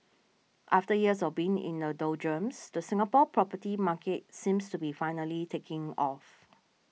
after years of being in the doldrums the Singapore property market seems to be finally taking off